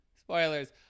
Spoilers